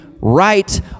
right